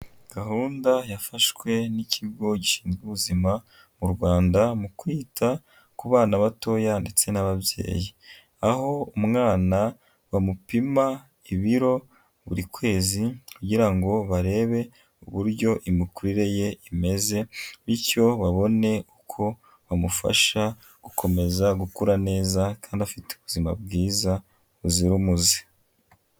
Gahunda yafashwe n'ikigo gishinzwe ubuzima mu Rwanda mu kwita ku bana batoya ndetse n'ababyeyi, aho umwana bamupima ibiro buri kwezi, kugira ngo barebe uburyo imikurire ye imeze, bityo babone uko bamufasha gukomeza gukura neza kandi afite ubuzima bwiza buzira umuze.